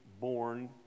born